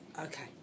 Okay